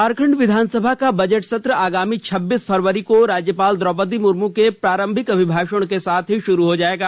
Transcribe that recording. झारखंड विधानसभा का बजट सत्र आगामी छब्बीस फरवरी को राज्यपाल द्रौपदी मुर्मू के प्रारंभिक अभिभाषण के साथ ही शुरू हो जाएगा